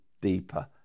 deeper